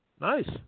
Nice